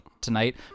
Tonight